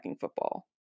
football